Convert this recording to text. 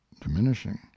diminishing